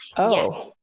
oh.